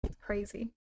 crazy